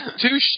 two